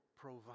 provide